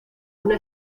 una